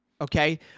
Okay